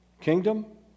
kingdom